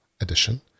Edition